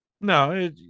No